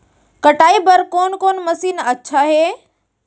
कटाई बर कोन कोन मशीन अच्छा हे?